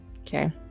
okay